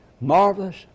Marvelous